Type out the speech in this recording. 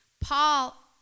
Paul